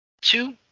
two